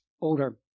older